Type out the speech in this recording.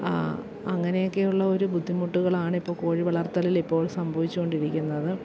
അങ്ങനെയൊക്കെയുള്ള ഒരു ബുദ്ധിമുട്ടുകളാണിപ്പൊൾ കോഴി വളർത്തലിലിപ്പോൾ സംഭവിച്ചുകൊണ്ടിരിക്കുന്നത്